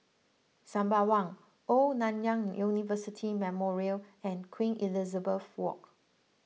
Sembawang Old Nanyang University Memorial and Queen Elizabeth Walk